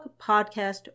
podcast